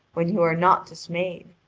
when you are not dismayed.